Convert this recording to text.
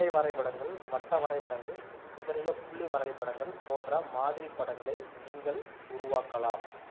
பட்டை வரைபடங்கள் வட்ட வரைபடங்கள் சிதறிய புள்ளி வரைபடங்கள் போன்ற மாதிரிபடங்களை நீங்கள் உருவாக்கலாம்